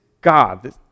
God